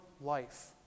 life